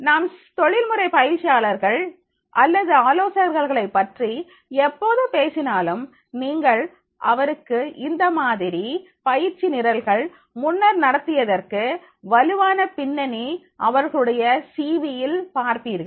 நாம் தொழில்முறை பயிற்சியாளர்கள் அல்லது ஆலோசகர்களை பற்றி எப்போது பேசினாலும் நீங்கள் அவருக்கு இந்த மாதிரி பயிற்சி நிரல்கள் முன்னர் நடத்தியதற்கு வலுவான பின்னணி அவர்களுடைய சீவி இல் பார்ப்பீர்கள்